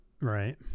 Right